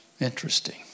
Interesting